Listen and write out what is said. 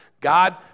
God